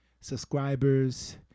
subscribers